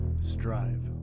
strive